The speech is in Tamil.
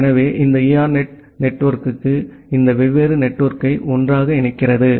எனவே இந்த ERNET நெட்வொர்க் இந்த வெவ்வேறு நெட்வொர்க்கை ஒன்றாக இணைக்கிறது